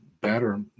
better